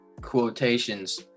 quotations